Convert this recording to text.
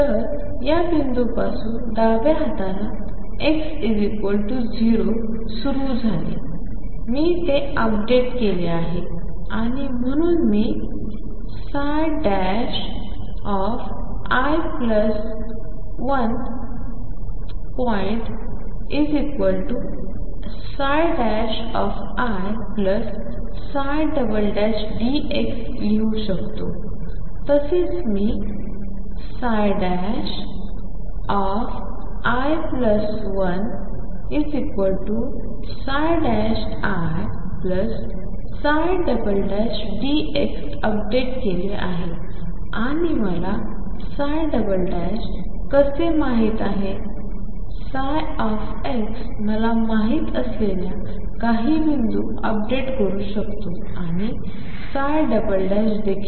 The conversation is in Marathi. तर या बिंदूपासून डाव्या हाताला x 0 सुरू झाले मी ते अपडेट केले आहे आणि म्हणून मी at i1 th point iΔx लिहू शकतो तसेच मी at i1 th point iΔx update केले आहे आणि मला कसे माहित आहे x मला माहित असलेल्या काही बिंदू अपडेट करू शकतो आणि देखील